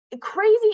crazy